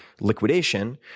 liquidation